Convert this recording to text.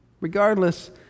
regardless